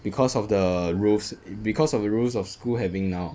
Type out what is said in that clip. because of the rules because of the rules of school having now